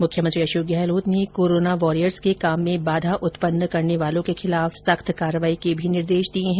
मुख्यमंत्री अशोक गहलोत ने corona warriors के काम में बाधा उत्पन्न करने वालों के खिलाफ सख्त कार्रवाई के भी निर्देश दिए है